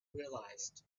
realized